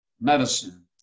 medicine